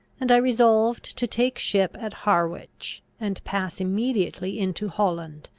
and i resolved to take ship at harwich, and pass immediately into holland.